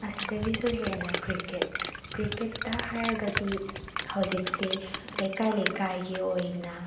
ꯑꯁꯤꯗꯒꯤꯁꯨ ꯍꯦꯟꯅ ꯀ꯭ꯔꯤꯀꯦꯠ ꯀ꯭ꯔꯤꯛꯀꯦꯠꯇ ꯍꯥꯏꯔꯒꯗꯤ ꯍꯧꯖꯤꯛꯁꯦ ꯂꯩꯀꯥꯏ ꯂꯩꯀꯥꯏꯒꯤ ꯑꯣꯏꯅ